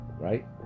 right